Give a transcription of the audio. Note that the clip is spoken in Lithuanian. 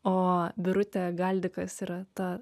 o birutė galdikas yra ta